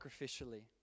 sacrificially